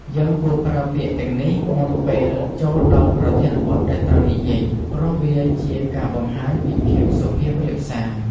យើងគួរប្រើពាក្យទាំងនេះមុនពេលចូលដល់ប្រធានបទដែលត្រូវនិយាយ ព្រោះវាជាការបង្ហាញពីភាពសុភាពរាបសារ។